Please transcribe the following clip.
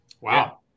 Wow